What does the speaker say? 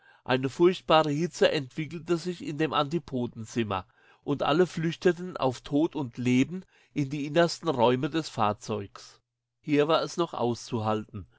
eine furchtbare hitze entwickelte sich in dem antipodenzimmer und alle flüchteten auf tod und leben in die innersten räume des fahrzeugs hier war es noch auszuhalten